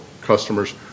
customers